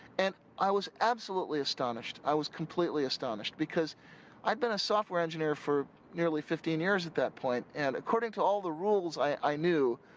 and i was absolutely astonished, i was completely astonished. because i've been a software engineer for nearly fifteen years at that point. and according to all the rules i knew.